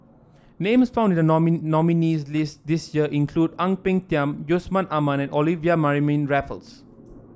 names found in the nominees' list this year include Ang Peng Tiam Yusman Aman and Olivia Mariamne Raffles